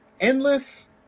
endless